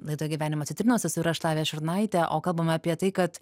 laidoj gyvenimo citrinos esu ir aš lavija šurnaitė o kalbame apie tai kad